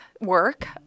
work